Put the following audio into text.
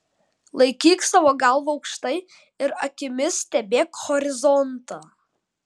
laikyk savo galvą aukštai ir akimis stebėk horizontą